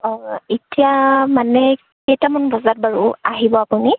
অ এতিয়া মানে কেইটামান বজাত বাৰু আহিব আপুনি